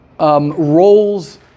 Roles